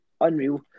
unreal